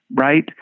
right